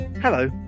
Hello